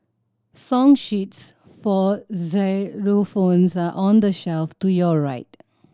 song sheets for xylophones are on the shelf to your right